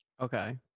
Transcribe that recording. okay